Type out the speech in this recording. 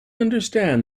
understand